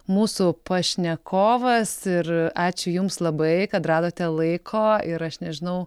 mūsų pašnekovas ir ačiū jums labai kad radote laiko ir aš nežinau